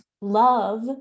love